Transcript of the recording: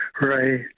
Right